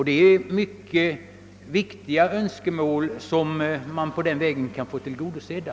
Det är mycket viktiga önskemål som på den vägen kan bli tillgodosedda.